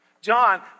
John